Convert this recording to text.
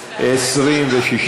סעיפים 1 2 נתקבלו.